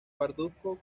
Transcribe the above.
parduzco